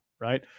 Right